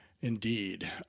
Indeed